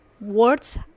words